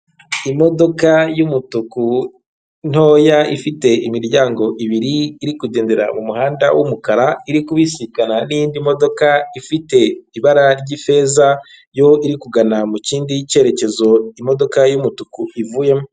Imodoka y'umutuku ntoya ifite imiryango ibiri iri kugendera mu muhanda w'umukara, iri kubisikana n'indi modoka ifite ibara ry'ifeza yo iri kugana mu kindi cyerekezo imodoka y'umutuku ivuyemo.